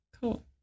Cool